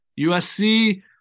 USC